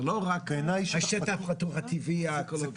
זה לא רק השטח הטבעי האקולוגי.